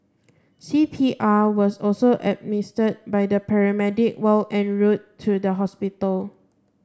C P R was also administered by the paramedic while en route to the hospital